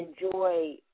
enjoy